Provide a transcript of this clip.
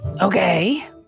Okay